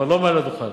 אבל לא מעל הדוכן.